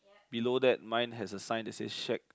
below that mine has a sign that say shack